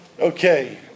Okay